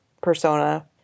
persona